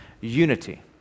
unity